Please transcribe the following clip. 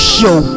Show